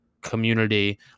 community